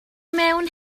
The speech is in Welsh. mewn